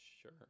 sure